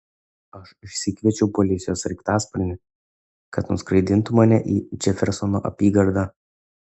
aš išsikviečiau policijos sraigtasparnį kad nuskraidintų mane į džefersono apygardą